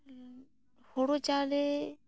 ᱦᱳᱲᱳ ᱪᱟᱣᱞᱮ